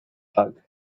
bug